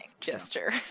Gesture